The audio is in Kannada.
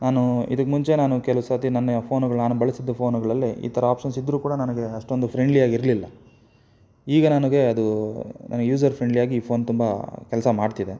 ನಾನು ಇದಕ್ಕೆ ಮುಂಚೆ ನಾನು ಕೆಲವು ಸತಿ ನನ್ನಯ ಫೋನುಗಳು ನಾನು ಬಳಸಿದ್ದು ಫೋನುಗಳಲ್ಲಿ ಈ ಥರ ಆಪ್ಷನ್ಸ್ ಇದ್ದರೂ ಕೂಡ ನನಗೆ ಅಷ್ಟೊಂದು ಫ್ರೆಂಡ್ಲಿಯಾಗಿರಲಿಲ್ಲ ಈಗ ನನಗೆ ಅದು ನನ್ನ ಯೂಸರ್ ಫ್ರೆಂಡ್ಲಿಯಾಗಿ ಈ ಫೋನ್ ತುಂಬ ಕೆಲಸ ಮಾಡ್ತಿದೆ